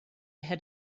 had